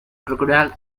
crocodile